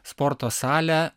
sporto salę